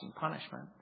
punishment